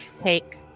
take